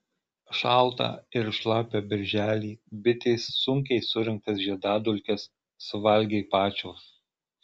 šaltą ir šlapią birželį bitės sunkiai surinktas žiedadulkes suvalgė pačios